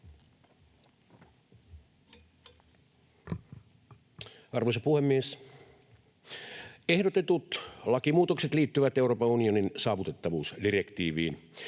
Arvoisa puhemies! Ehdotetut lakimuutokset liittyvät Euroopan unionin saavutettavuusdirektiiviin,